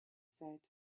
said